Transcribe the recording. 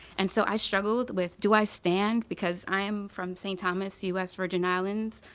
and so, i struggle with do i stand? because i am from st. thomas, u s. virgin islands,